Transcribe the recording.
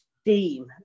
steam